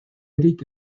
erik